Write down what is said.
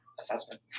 assessment